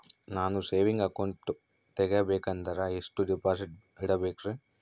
ನಾನು saving account ತೆಗಿಬೇಕಂದರ ಎಷ್ಟು ಡಿಪಾಸಿಟ್ ಇಡಬೇಕ್ರಿ?